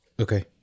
Okay